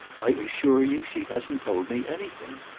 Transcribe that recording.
i assure you she hasn't told me anything.